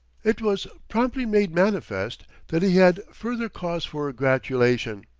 it was promptly made manifest that he had further cause for gratulation.